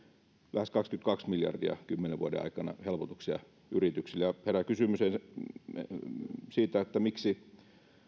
lähes kaksikymmentäkaksi miljardia kymmenen vuoden aikana helpotuksia yrityksille herää kysymys siitä miksi